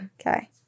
Okay